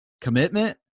commitment